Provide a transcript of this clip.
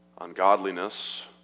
ungodliness